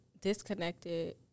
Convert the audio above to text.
disconnected